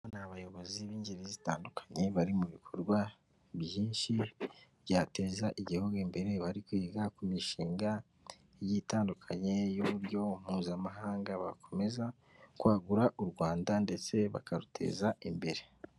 Ni abayobozi b'ingeri zitandukanye, bari mu bikorwa byinshi byateza igihugu imbere, bari kwiga ku mishinga igiye itandukanye y'uburyo mpuzamahanga bakomeza kwagura u Rwanda ndetse bakaruteza imbere.